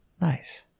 Nice